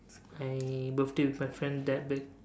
my birthday with my friends that big